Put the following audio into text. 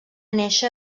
néixer